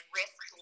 risk